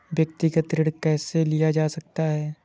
व्यक्तिगत ऋण कैसे लिया जा सकता है?